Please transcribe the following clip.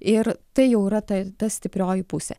ir tai jau yra ta ta stiprioji pusė